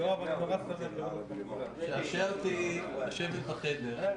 אבל עצם העובדה שהוגשה עתירה שקשורה להצעת החוק לא